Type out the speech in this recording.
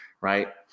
right